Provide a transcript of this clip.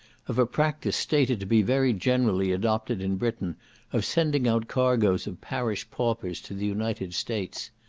of a practice stated to be very generally adopted in britain of sending out cargoes of parish paupers to the united states.